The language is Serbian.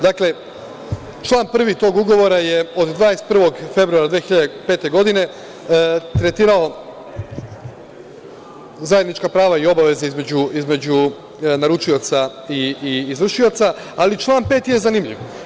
Dakle, član 1. tog ugovora je od 21. februara 2005. godine tretirao zajednička prava i obaveze između naručioca i izvršioca, ali član 5. je zanimljiv.